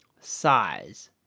Size